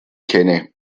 kenne